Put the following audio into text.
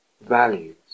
values